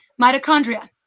Mitochondria